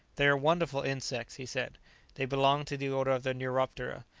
they are wonderful insects, he said they belong to the order of the neuroptera,